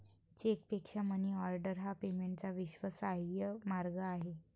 चेकपेक्षा मनीऑर्डर हा पेमेंटचा विश्वासार्ह मार्ग आहे